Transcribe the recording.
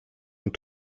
und